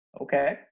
okay